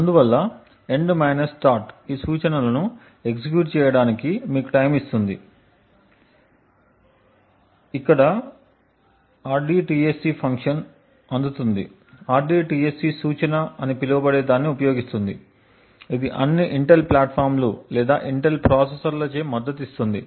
అందువల్ల end start ఈ సూచనలను ఎగ్జిక్యూట్ చేయడానికి మీకు టైమ్ ఇస్తుంది ఇక్కడ rdtsc ఫంక్షన్ అందుతుంది rdtsc సూచన అని పిలువబడే దాన్ని ఉపయోగిస్తుంది ఇది అన్ని ఇంటెల్ ప్లాట్ఫాంలు లేదా ఇంటెల్ ప్రాసెసర్లచే మద్దతు ఇస్తుంది